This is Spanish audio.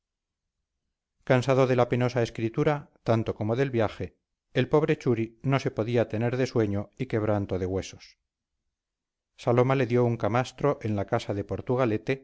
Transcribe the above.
cansado de la penosa escritura tanto como del viaje el pobre churi no se podía tener de sueño y quebranto de huesos saloma le dio un camastro en la casa de portugalete